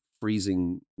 freezing